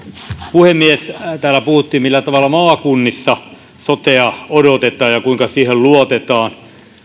puhemies täällä puhuttiin siitä millä tavalla maakunnissa sotea odotetaan ja kuinka siihen luotetaan